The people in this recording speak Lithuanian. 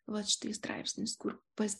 vat štai straipsnis kur pas